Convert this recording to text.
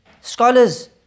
scholars